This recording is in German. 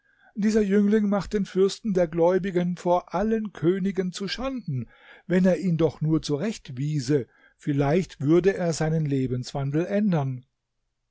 dieser jüngling macht den fürsten der gläubigen vor allen königen zuschanden wenn er ihn doch nur zurechtwiese vielleicht würde er seinen lebenswandel ändern